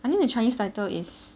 I think the chinese title is